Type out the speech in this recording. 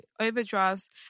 overdrafts